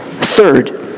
Third